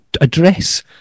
address